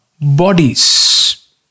bodies